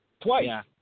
Twice